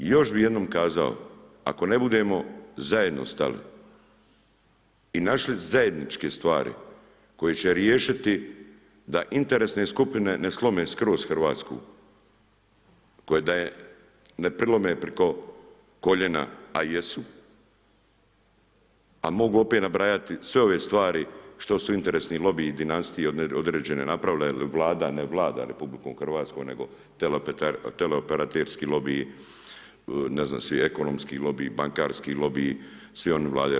I još bih jednom kazao, ako ne budemo zajedno stali i našli zajedničke stvari koje će riješiti da interesne skupine ne slome skroz Hrvatsku koje da je ne prelome preko koljena a jesu a mogu opet nabrajati sve ove stvari što su interesni lobiji dinastije određene napravile jer Vlada ne vlada RH nego teleoperaterski lobiji, ne znam svi ekonomski lobiji, bankarski lobiji, svi oni vladaju RH.